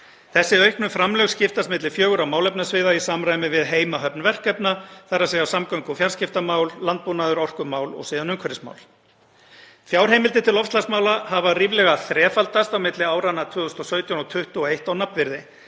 Þessi auknu framlög skiptast milli fjögurra málefnasviða í samræmi við heimahöfn verkefna, þ.e. samgöngu- og fjarskiptamál, landbúnað, orkumál og síðan umhverfismál. Fjárheimildir til loftslagsmála hafa ríflega þrefaldast á milli áranna 2017 og 2021 á nafnvirði.